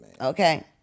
Okay